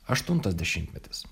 aštuntas dešimtmetis